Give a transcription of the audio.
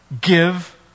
give